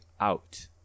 out